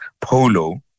polo